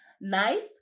Nice